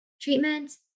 treatment